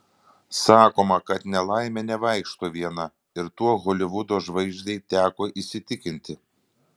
sakoma kad nelaimė nevaikšto viena ir tuo holivudo žvaigždei teko įsitikinti